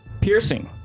piercing